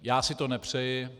Já si to nepřeji.